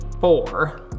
four